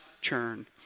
churn